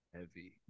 Heavy